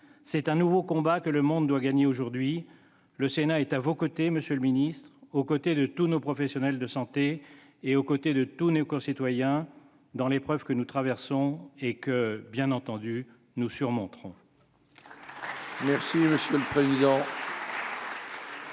C'est un nouveau combat que le monde doit gagner aujourd'hui. Le Sénat est à vos côtés, monsieur le ministre, aux côtés de tous nos professionnels de santé et aux côtés de tous nos concitoyens dans l'épreuve que nous traversons et que, bien entendu, nous surmonterons.